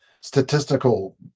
statistical